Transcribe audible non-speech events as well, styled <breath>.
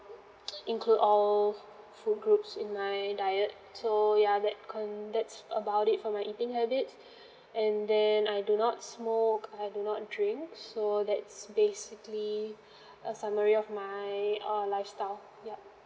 include all food groups in my diet so yeah that con~ that's about it for my eating habits <breath> and then I do not smoke I do not drink so that's basically <breath> a summary of my err lifestyle yup